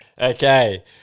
Okay